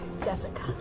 Jessica